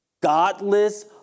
Godless